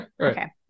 Okay